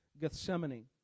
Gethsemane